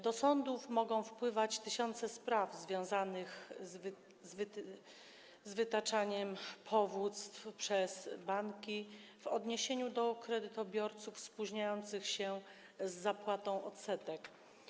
Do sądów mogą wpływać tysiące spraw związanych z wytaczaniem powództw przez banki w odniesieniu do kredytobiorców spóźniających się z zapłatą odsetek.